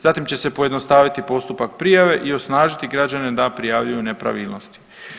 Zatim će se pojednostaviti postupak prijave i osnažiti građane da prijavljuju nepravilnosti.